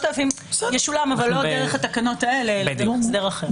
3,000 שקלים ישולמו אבל לא דרך התקנות האלה אלא בהסדר אחר.